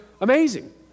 amazing